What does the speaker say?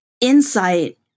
insight